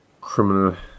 criminal